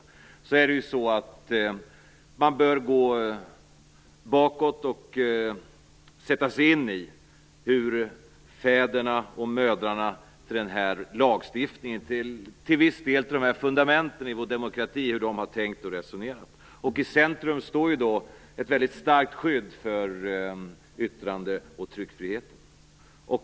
När man behandlar sådana frågor bör man gå bakåt och sätta sig in i hur fäderna och mödrarna till denna lagstiftning - till viss del fundament i vår demokrati - har tänkt och resonerat. I centrum står ett väldigt starkt skydd för yttrandeoch tryckfriheten.